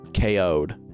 KO'd